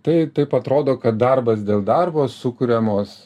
tai taip atrodo kad darbas dėl darbo sukuriamos